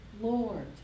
Lord